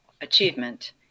achievement